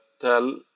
tell